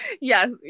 Yes